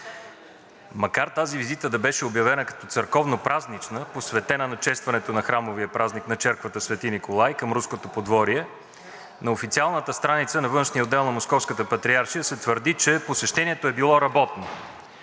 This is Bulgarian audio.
Макар тази визита да беше обявена като църковнопразнична, посветена на честването на храмовия празник на черквата „Св. Николай“ към Руското подворие, на официалната страница на Външния отдел на Московската патриаршия се твърди, че посещението е било работно,